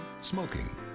Smoking